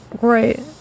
right